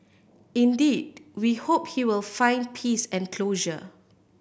indeed we hope he will find peace and closure